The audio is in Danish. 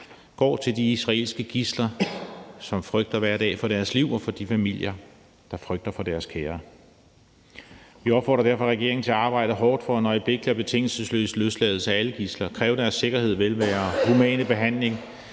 går til de israelske gidsler, som hver dag frygter for deres liv, og til de familier, der frygter for deres kære. Vi opfordrer derfor regeringen til at arbejde hårdt for en øjeblikkelig og betingelsesløs løsladelse af alle gidsler og til at kræve deres sikkerhed, velvære og humane behandling